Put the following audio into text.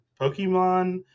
Pokemon